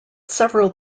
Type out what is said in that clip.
several